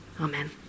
Amen